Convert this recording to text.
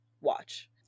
watch